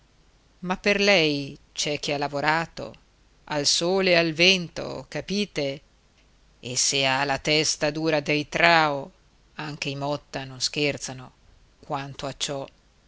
ma per lei c'è chi ha lavorato al sole e al vento capite e se ha la testa dura dei trao anche i motta non scherzano quanto a ciò